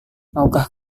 maukah